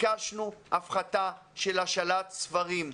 ביקשנו הפחתה של השאלת ספרים.